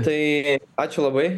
tai ačiū labai